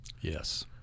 Yes